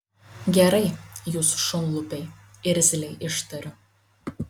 gerai jūs šunlupiai irzliai ištariu